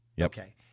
Okay